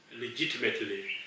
legitimately